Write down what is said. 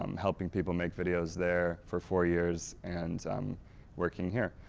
um helping people make videos there for four years and um working here.